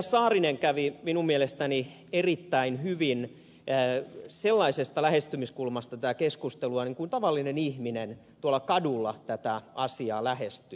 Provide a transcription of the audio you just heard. saarinen lähestyi minun mielestäni erittäin hyvin sellaisesta lähestymiskulmasta tätä keskustelua niin kuin tavallinen ihminen tuolla kadulla tätä asiaa lähestyy